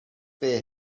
beer